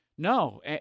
No